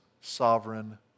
sovereign